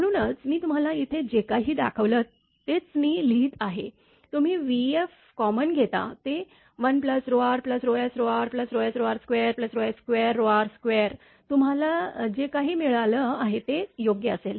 म्हणूनच मी तुम्हाला इथे जे काही दाखवलं तेच मी लिहिलं आहे तुम्ही vf कॉमन घेता ते 1rsrsr2s2r2 तुम्हाला जे काही मिळालं आहे ते योग्य असेल